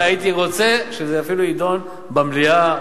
אפילו הייתי רוצה שזה יידון במליאה.